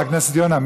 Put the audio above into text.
חבר הכנסת יונה,